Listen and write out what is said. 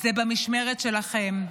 זה במשמרת שלכם,